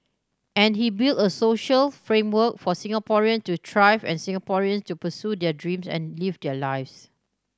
and he build a social framework for Singaporean to thrive and Singaporeans to pursue their dreams and live their lives